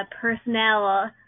personnel